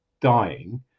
dying